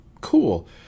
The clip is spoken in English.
Cool